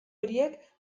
horiek